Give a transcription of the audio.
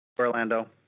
Orlando